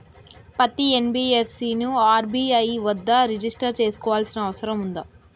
పత్తి ఎన్.బి.ఎఫ్.సి ని ఆర్.బి.ఐ వద్ద రిజిష్టర్ చేసుకోవాల్సిన అవసరం ఉందా?